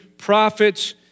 prophets